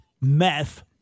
meth